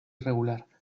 irregular